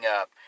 up